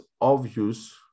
obvious